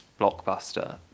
blockbuster